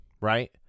right